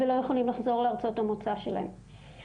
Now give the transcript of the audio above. ולא יכולים לחזור לארצות המוצא שלהם.